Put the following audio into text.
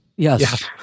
Yes